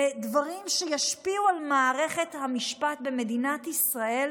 בדברים שישפיעו על מערכת המשפט במדינת ישראל,